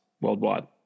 worldwide